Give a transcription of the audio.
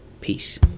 Peace